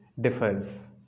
differs